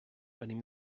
venim